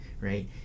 right